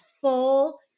full